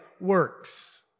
works